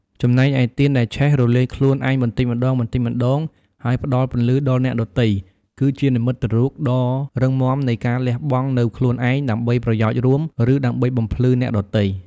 ចំណែកឯទៀនដែលឆេះ រលាយខ្លួនឯងបន្តិចម្តងៗ ហើយផ្តល់ពន្លឺដល់អ្នកដទៃ គឺជានិមិត្តរូបដ៏រឹងមាំនៃ ការលះបង់នូវខ្លួនឯង ដើម្បីប្រយោជន៍រួម ឬដើម្បីបំភ្លឺអ្នកដទៃ។